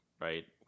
right